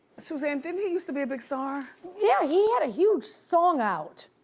suzanne, didn't he use to be a big star? yeah, he had a huge song out.